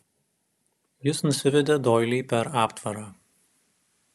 jis nusivedė doilį per aptvarą